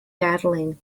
battling